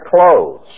clothes